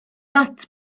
att